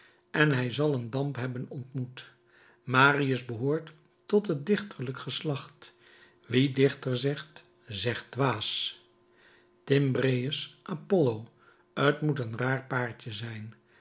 en hij zal een damp hebben ontmoet marius behoort tot het dichterlijk geslacht wie dichter zegt zegt dwaas thymbraeus apollo t moet een raar paartje zijn